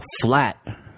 flat